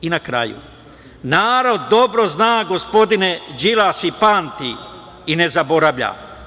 Na kraju, narod dobro zna, gospodine Đilas, i pamte i ne zaboravlja.